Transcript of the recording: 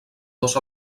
dos